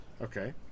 Okay